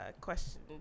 question